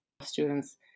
students